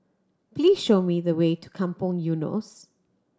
please show me the way to Kampong Eunos